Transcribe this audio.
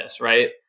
right